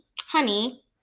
honey